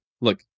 Look